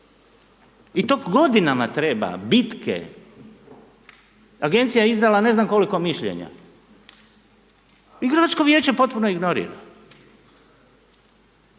i to godinama treba, bitke, agencija je izdala ne znam koliko mišljenja, i gradsko vijeće potpuno ignorira.